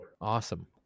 Awesome